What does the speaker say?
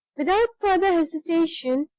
without further hesitation,